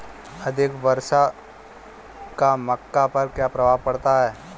अधिक वर्षा का मक्का पर क्या प्रभाव पड़ेगा?